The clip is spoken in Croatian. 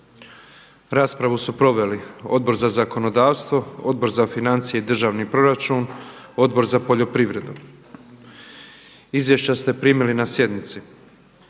Raspravu su proveli Odbor za zakonodavstvo, Odbor za financije i državni proračun, Odbor za poljoprivredu. Izvješća ste primili na sjednici.